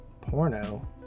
porno